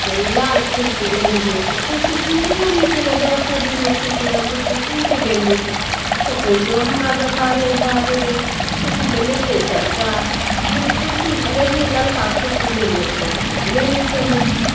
से उ लाल कुर्सी लेलियै से कुर्सी टिकबो नहि केलै दसो दिन नहि टिकलै आओर कुर्सी टूटि गेलै तऽ पैसो हमरा बेकारे भए गेलै कुर्सी तऽ लेलियै सएह टा लेकिन कुर्सी लेलियै ललका कुर्सी लेलियै से कुर्सी टिकबे नहि केलै